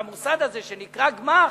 למוסד הזה שנקרא גמ"ח,